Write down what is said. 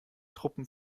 truppen